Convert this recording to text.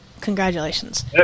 Congratulations